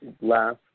last